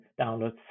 downloads